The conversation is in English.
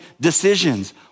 decisions